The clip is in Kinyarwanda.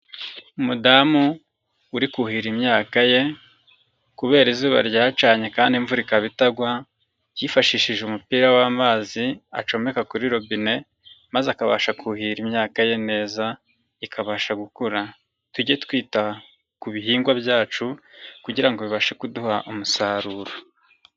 Umudamu uri kuhira imyaka ye kubera izuba ryacanye kandi imvura ikaba itagwa ,yifashishije umupira w'amazi acomeka kuri robine maze akabasha kuhira imyaka ye neza ikabasha gukura, tujye twita ku bihingwa byacu kugira ngo bibashe kuduha umusaruro.